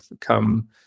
come